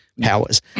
powers